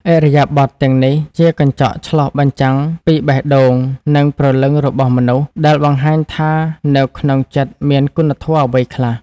ឥរិយាបថទាំងនេះជាកញ្ចក់ឆ្លុះបញ្ចាំងពីបេះដូង និងព្រលឹងរបស់មនុស្ស ដែលបង្ហាញថានៅក្នុងចិត្តមានគុណធម៌អ្វីខ្លះ។